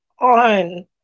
on